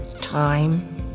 time